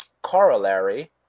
corollary